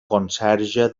conserge